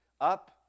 Up